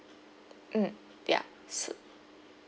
mm ya so